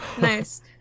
nice